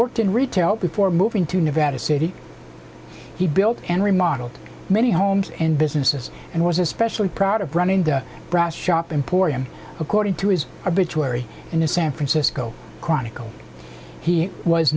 worked in retail before moving to nevada city he built and remodeled many homes and businesses and was especially proud of running the brass shop in poor him according to his arbitrary in the san francisco chronicle he was